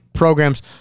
programs